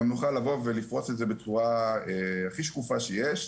נוכל לבוא ולפרוס את זה בצורה הכי שקופה שיש.